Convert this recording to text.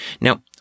Now